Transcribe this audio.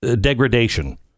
degradation